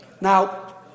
Now